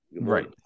Right